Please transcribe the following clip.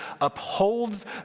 upholds